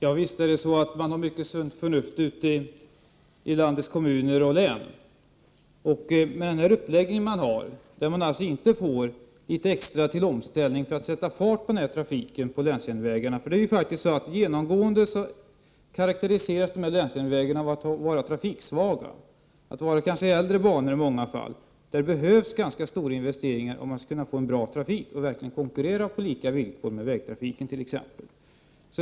Herr talman! Visst har man mycket sunt förnuft i landets kommuner och län. Men det gäller uppläggningen, som inte innebär litet extra till omställning för att man skall kunna få fart på trafiken på länsjärnvägarna. Genomgående karakteriseras länsjärnvägarna av att vara trafiksvaga. I många fall rör det sig kanske om äldre banor. Det behövs ganska stora investeringar för att man skall kunna få en bra trafik och verkligen kunna konkurrera med t.ex. vägtrafiken.